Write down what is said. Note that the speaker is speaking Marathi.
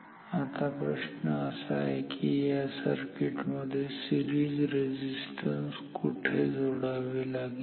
आता प्रश्न असा आहे की या सर्किट मध्ये ते सिरीज रेझिस्टन्स कुठे जोडावे लागेल